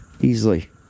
easily